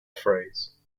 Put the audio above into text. phrase